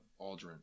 Aldrin